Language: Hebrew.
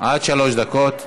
עד שלוש דקות.